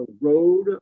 road